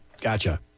Gotcha